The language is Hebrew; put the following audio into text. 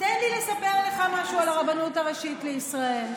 תן לי לספר לך משהו על הרבנות הראשית לישראל.